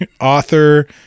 author